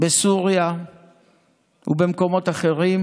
בסוריה ובמקומות אחרים,